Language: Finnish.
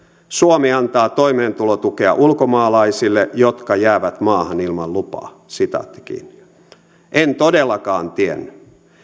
suomi antaa toimeentulotukea ulkomaalaisille jotka jäävät maahan ilman lupaa en todellakaan tiennyt